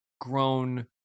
grown